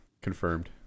Confirmed